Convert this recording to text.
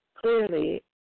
Clearly